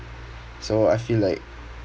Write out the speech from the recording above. so I feel like